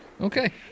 Okay